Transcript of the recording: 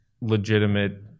legitimate